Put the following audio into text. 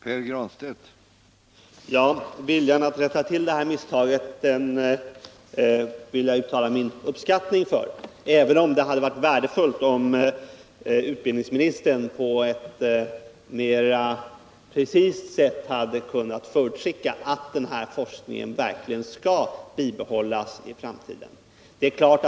Herr talman! Viljan att rätta till det här misstaget vill jag uttala min uppskattning för, även om det hade varit värdefullt att utbildningsministern mer precist hade kunnat förutskicka att den här forskningen verkligen skall bibehållas för framtiden.